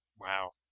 Wow